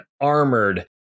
armored